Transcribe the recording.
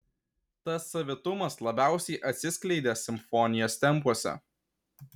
tas savitumas labiausiai atsiskleidė simfonijos tempuose